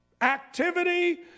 activity